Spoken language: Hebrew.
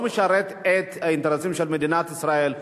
לא משרת את האינטרסים של מדינת ישראל.